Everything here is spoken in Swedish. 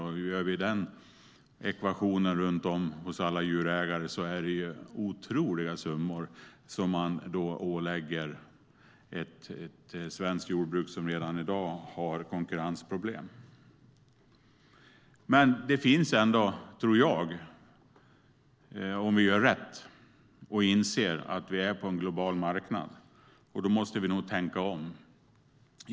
Om vi gör den ekvationen runt om hos alla djurägare blir det otroliga summor som man ålägger ett svenskt jordbruk som redan i dag har konkurrensproblem. Om vi gör rätt och inser att vi är på en global marknad måste vi nog tänka om.